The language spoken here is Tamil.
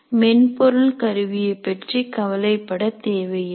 மென்பொருள் கருவியைப் பற்றி கவலைப்பட தேவையில்லை